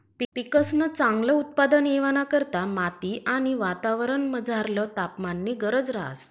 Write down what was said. पिकंसन चांगल उत्पादन येवाना करता माती आणि वातावरणमझरला तापमाननी गरज रहास